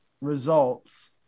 results